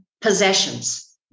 possessions